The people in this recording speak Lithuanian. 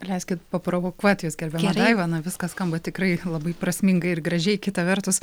leiskit paprovokuoti jus gerbiama daiva na viskas skamba tikrai labai prasmingai ir gražiai kita vertus